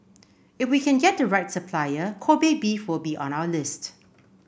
if we can get the right supplier Kobe beef will be on our list